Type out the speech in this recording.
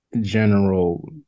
general